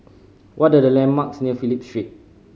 what are the landmarks near Phillip Street